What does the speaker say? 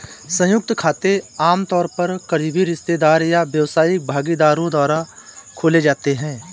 संयुक्त खाते आमतौर पर करीबी रिश्तेदार या व्यावसायिक भागीदारों द्वारा खोले जाते हैं